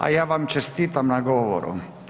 A ja vam čestitam na govoru.